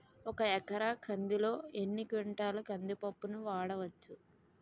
ఒక ఎకర కందిలో ఎన్ని క్వింటాల కంది పప్పును వాడచ్చు?